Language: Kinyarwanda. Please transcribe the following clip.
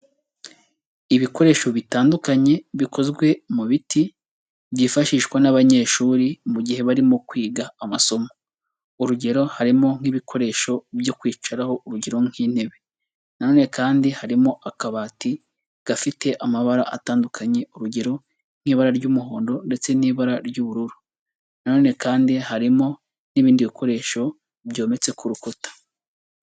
Ibikoresho bitandukanye bikozwe mu biti byifashishwa n'abanyeshuri mu gihe barimo kwiga amasomo, urugero harimo nk'ibikoresho byo kwicaraho, urugero nk'intebe nanone kandi harimo akabati gafite amabara atandukanye, urugero nk'ibara ry'umuhondo ndetse n'ibara ry'ubururu nanone kandi harimo n'ibindi bikoresho byometse ku rukuta.